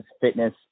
fitness